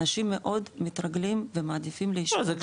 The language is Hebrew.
אנשים מאוד מתרגלים ומעדיפים להישאר במקום שלהם.